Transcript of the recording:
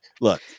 Look